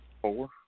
Four